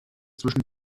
zwischen